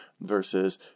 versus